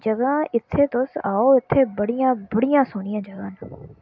जगह् इत्थें तुस आओ इत्थें बड़ियां बड़ियां सौह्नियां जगह् न